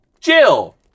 Jill